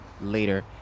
later